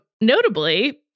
notably